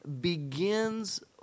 begins